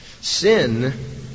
Sin